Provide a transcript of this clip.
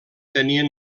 tenien